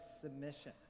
submission